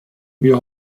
wir